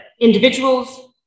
individuals